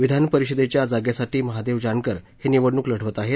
विधानपरिषदेच्या जागेसाठी महादेव जानकर हे निवडणूक लढवत आहेत